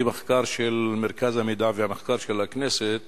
מחקר של מרכז המידע והמחקר של הכנסת